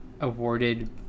awarded